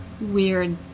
weird